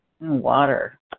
Water